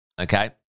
okay